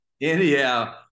anyhow